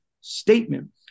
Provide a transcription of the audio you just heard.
statement